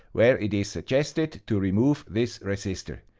where it is suggested to remove this resistor.